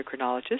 endocrinologist